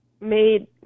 made